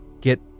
get